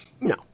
No